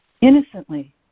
innocently